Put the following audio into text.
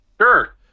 sure